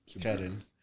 Karen